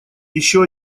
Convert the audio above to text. еще